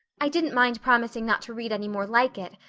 i didn't mind promising not to read any more like it,